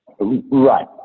Right